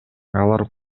алар